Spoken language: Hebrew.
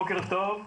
בוקר טוב.